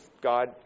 God